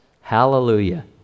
Hallelujah